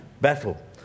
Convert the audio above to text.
battle